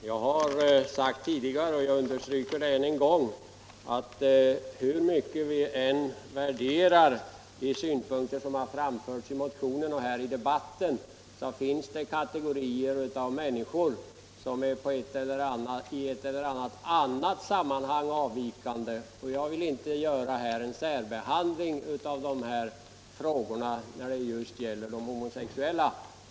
Herr talman! Jag har tidigare sagt, och jag understryker det ännu en gång. att hur mycket vi än värderar de synpunkter som framförts i motionen och här i debatten finns det människor som på något sätt är avvikande, och jag vill inte göra en särbehandling av de frågor som gäller just de homosexuella.